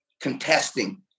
contesting